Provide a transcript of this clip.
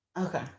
Okay